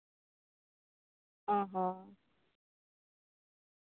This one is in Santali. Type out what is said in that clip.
ᱚᱸᱻ ᱦᱚᱸ